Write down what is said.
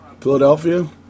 Philadelphia